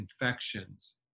infections